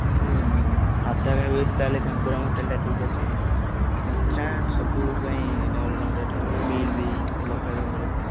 ତା'ହେଲେ ସାଧା ଖାଇବୁ ଯଦି ତା'ହେଲେ ଗାଙ୍ଗୁରାମ ହୋଟେଲ୍ଟା ଠିକ୍ ଅଛି ମିଠା ସବୁଥିପାଇଁ ଗାଙ୍ଗୁରାମ୍ଟା ଠିକ୍ ମିଲ୍ ବି ଭଲ ଖାଇବା ମିଳେ